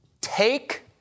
take